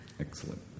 Excellent